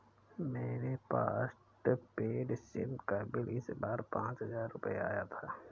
मेरे postpaid sim का bill इस बार पाँच हजार रुपए आया था